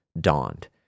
dawned